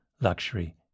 luxury